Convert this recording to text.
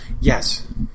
Yes